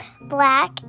black